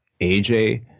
AJ